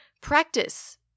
practice